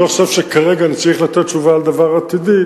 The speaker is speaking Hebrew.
אני לא חושב שכרגע אני צריך לתת תשובה על דבר עתידי.